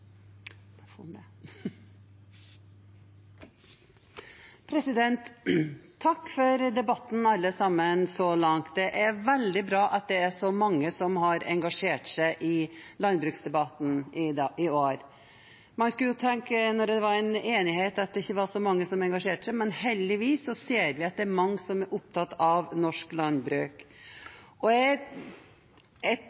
seg. Takk for debatten, alle sammen, så langt. Det er veldig bra at det er så mange som har engasjert seg i landbruksdebatten i år. Man kunne jo tenke seg, når det var enighet, at det ikke var så mange som engasjerte seg, men heldigvis ser vi at det er mange som er opptatt av norsk landbruk.